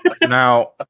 now